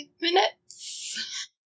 minutes